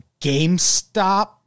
GameStop